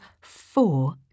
four